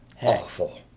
awful